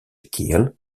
kiel